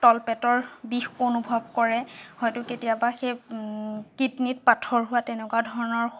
তল পেটৰ বিষ অনুভৱ কৰে হয়তো কেতিয়াবা সেই কিডনিত পাথৰ হোৱা তেনেকুৱা ধৰণৰ